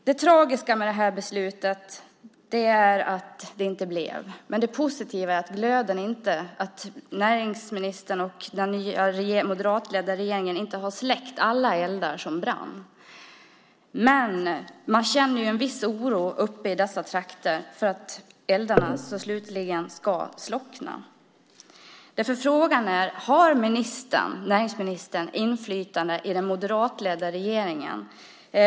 Det tragiska med beslutet är att projektet inte blev av, men det positiva är att näringsministern och den nya moderatledda regeringen inte släckt alla de eldar som brunnit. Man känner dock en viss oro i dessa trakter för att eldarna så småningom ska slockna. Frågan är: Har näringsministern något inflytande i den moderatledda regeringen?